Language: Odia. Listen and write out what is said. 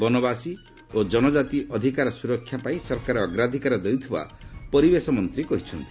ବନବାସୀ ଓ ଜନଜାତି ଅଧିକାର ସୁରକ୍ଷା ପାଇଁ ସରକାର ଅଗ୍ରାଧିକାର ଦେଉଥିବା ପରିବେଶ ମନ୍ତ୍ରୀ କହିଚ୍ଚନ୍ତି